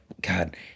God